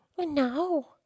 No